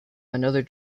another